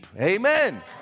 Amen